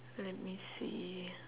let me see